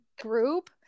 group